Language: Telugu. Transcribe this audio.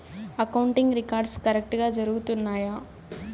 అకౌంటింగ్ రికార్డ్స్ కరెక్టుగా జరుగుతున్నాయా